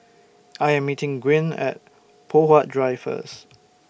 I Am meeting Gwyn At Poh Huat Drive First